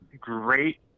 great